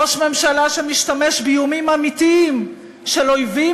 זה ראש ממשלה שמשתמש באיומים אמיתיים של אויבים